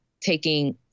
taking